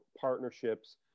partnerships